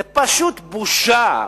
זה פשוט בושה,